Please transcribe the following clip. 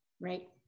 Right